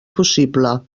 possible